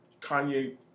Kanye